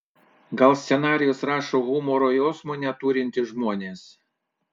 gal scenarijus rašo humoro jausmo neturintys žmonės